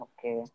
Okay